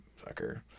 fucker